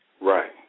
Right